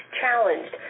challenged